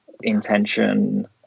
intention